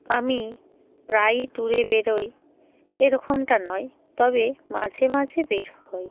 আমি প্রায়ই ট্যুরে বেরোই এরকমটা নয় তবে মাঝে মাঝে বের হই